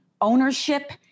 ownership